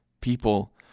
People